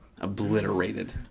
Obliterated